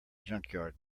junkyard